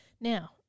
Now